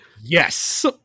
Yes